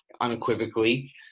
unequivocally